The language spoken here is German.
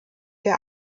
der